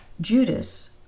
Judas